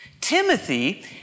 Timothy